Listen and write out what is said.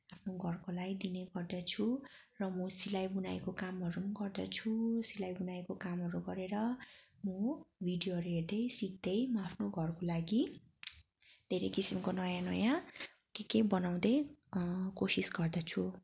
आफ्नो घरकोलाई दिने गर्दछु र म सिलाई बुनाईको कामहरू पनि गर्दछु सिलाई बुनाईको कामहरू गरेर म भिडियोहरू हेर्दै सिक्दै म आफ्नो घरको लागि धेरै किसिमको नयाँ नयाँ के के बनाउँदै कोसिस गर्दछु